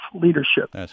leadership